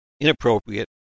inappropriate